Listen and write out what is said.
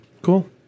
Cool